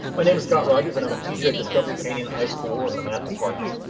my name is scott rogers and i'm a teacher at discovery canyon high school in the math department.